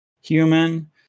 human